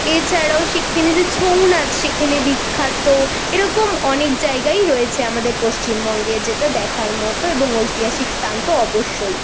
এছাড়াও সেখানে যে ছৌ নাচ সেখানে বিখ্যাত এরকম অনেক জায়গাই রয়েছে আমাদের পশ্চিমবঙ্গে যেটা দেখার মতো এবং ঐতিহাসিক স্থান তো অবশ্যই